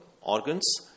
organs